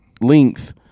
length